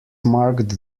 marked